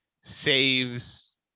saves